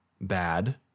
bad